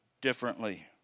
differently